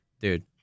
Dude